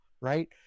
right